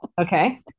okay